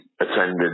attended